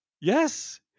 Yes